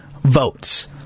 votes